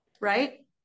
Right